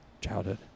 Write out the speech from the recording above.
childhood